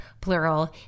plural